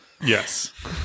Yes